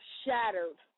shattered